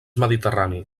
mediterrani